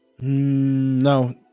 No